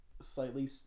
slightly